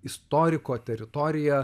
istoriko teritorija